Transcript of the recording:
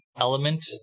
element